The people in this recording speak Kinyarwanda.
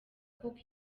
koko